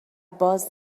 باز